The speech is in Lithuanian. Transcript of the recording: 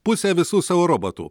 pusę visų savo robotų